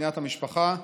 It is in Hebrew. בניית המשפחה,